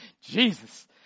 Jesus